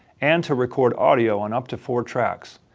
and to record audio on up to four tracks.